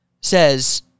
says